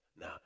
Now